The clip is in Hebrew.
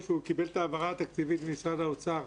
קיבל את ההעברה התקציבית ממשרד האוצר,